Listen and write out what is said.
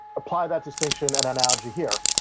apply that distinction and analogy here.